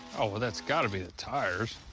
oh, well, that's gotta be the tires.